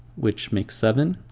which makes seven.